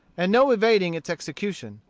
and no evading its execution.